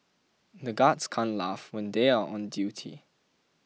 the guards can't laugh when they are on duty